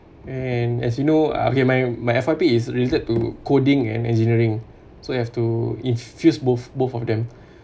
and as you know okay my my F_Y_P is relate to coding and engineering so you have to infuse both both of them